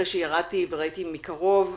אחרי שירדתי וראיתי מקרוב.